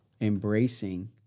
embracing